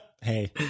Hey